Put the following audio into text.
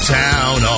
town